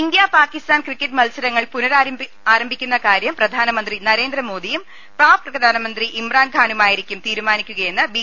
India Pakistan cricket മത്സരങ്ങൾ പുനരാരംഭിക്കു ന്ന കാര്യം പ്രധാനമന്ത്രി നരേന്ദ്രമോദിയും പാക് പ്രധാനമന്ത്രി ഇമ്രാൻഖാനുമായിരിക്കും തീരുമാനിക്കുകയെന്ന് ബി